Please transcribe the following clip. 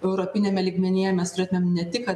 europiniame lygmenyje mes turėtumėm ne tik